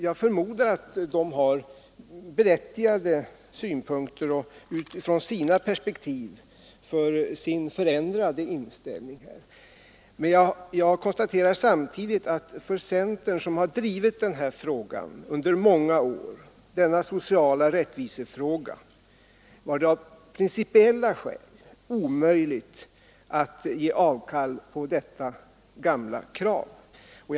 Jag förmodar att de utifrån sina perspektiv hade skäl som berättigade dem att ändra inställning. Men för centern, som under många år drivit denna fråga, var det av principiella skäl omöjligt att ge avkall på detta gamla krav på social rättvisa.